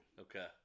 Okay